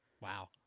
Wow